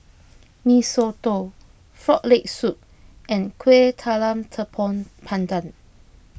Mee Soto Frog Leg Soup and Kuih Talam Tepong Pandan